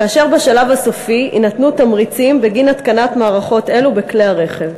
כך שבשלב הסופי יינתנו תמריצים בגין התקנת מערכות אלו בכלי הרכב.